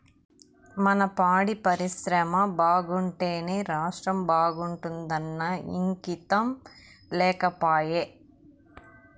మన పాడి పరిశ్రమ బాగుంటేనే రాష్ట్రం బాగుంటాదన్న ఇంగితం లేకపాయే